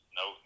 no